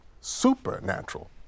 supernatural